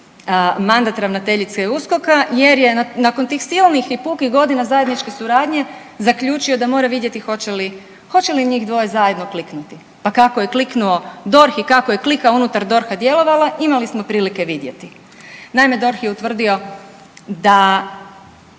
mandat ravnateljice USKOK-a jer je nakon tih silnih i pukih godina zajedničke suradnje zaključio da mora vidjeti hoće li, hoće li njih dvoje zajedno kliknuti, pa kako je kliknuo DORH i kako je klika unutar DORH-a djelovala imali smo prilike vidjeti. Naime, DORH je utvrdio da